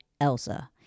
Elsa